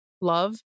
love